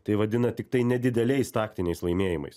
tai vadina tiktai nedideliais taktiniais laimėjimais